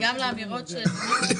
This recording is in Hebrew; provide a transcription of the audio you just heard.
פינדרוס, גם מוצרי מזון.